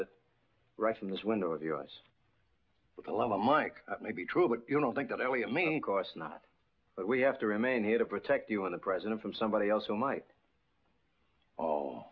it right in this window of us with the love of mike may be true but you don't think that only a main course not but we have to remain here to protect you when the president from somebody else who might